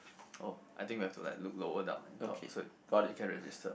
oh I think we have to like look lower down and talk so it can register